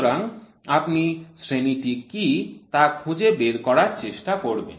সুতরাং আপনি শ্রেণিটি কী তা খুঁজে বের করার চেষ্টা করবেন